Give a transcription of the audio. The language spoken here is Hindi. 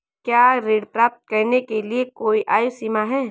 क्या ऋण प्राप्त करने के लिए कोई आयु सीमा है?